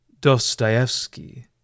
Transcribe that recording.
Dostoevsky